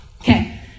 Okay